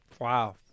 Wow